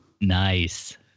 Nice